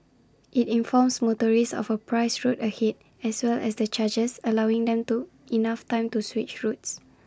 IT informs motorists of A priced road ahead as well as the charges allowing them to enough time to switch routes